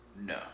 No